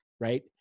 right